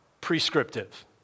prescriptive